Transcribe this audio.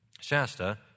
Shasta